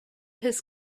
has